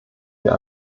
wir